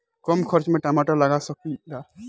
कम खर्च में टमाटर लगा सकीला?